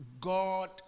God